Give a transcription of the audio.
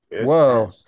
Whoa